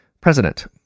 president